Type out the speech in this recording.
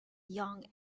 young